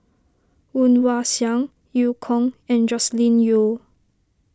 Woon Wah Siang Eu Kong and Joscelin Yeo